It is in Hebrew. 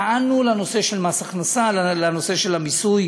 טענו לנושא של מס הכנסה, לנושא של המיסוי